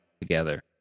together